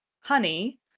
honey